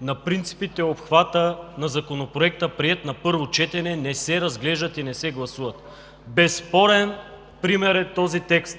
на принципите и обхвата на законопроект, приет на първо четене, не се разглеждат и не се гласуват. Безспорен пример е този текст.